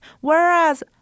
Whereas